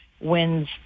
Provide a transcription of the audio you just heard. wins